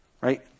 Right